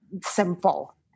simple